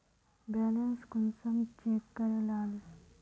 Balance कुंसम check करे लाल?